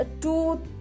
two